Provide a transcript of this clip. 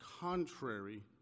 contrary